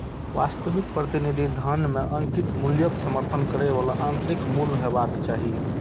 वास्तविक प्रतिनिधि धन मे अंकित मूल्यक समर्थन करै बला आंतरिक मूल्य हेबाक चाही